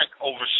over